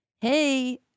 hey